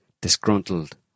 disgruntled